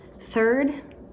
Third